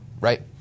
right